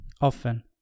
Often